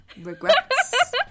regrets